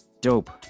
Dope